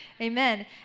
Amen